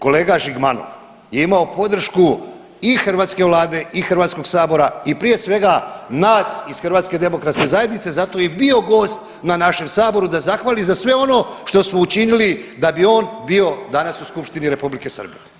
Kolega Žigmanov je imao podršku i hrvatske vlade i HS i prije svega nas iz HDZ-a, zato je i bio gost na našem saboru da zahvali za sve ono što smo učinili da bi on bio danas u skupštini Republike Srbije.